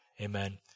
Amen